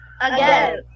Again